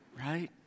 right